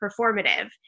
performative